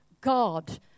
God